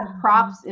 props